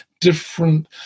different